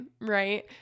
right